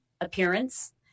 appearance